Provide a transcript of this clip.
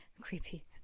creepy